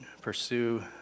pursue